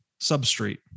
substrate